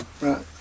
Right